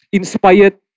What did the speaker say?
inspired